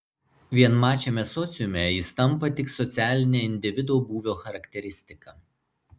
vienmačiame sociume jis tampa tik socialine individo būvio charakteristika